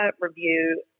review